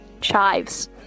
chives